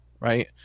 Right